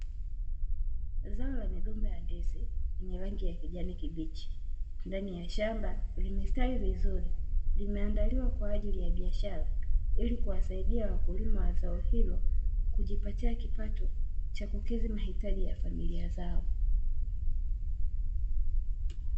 Zao la migomba ya ndizi yenye rangi ya kijani kibichi ndani ya shamba, limestawi vizuri limeandaliwa kwaajili ya biashara ili kuwasaidia wakulima wa zao hilo, kujipatia kipato cha kukidhi mahitaji ya familia zao.